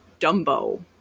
Dumbo